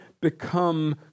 become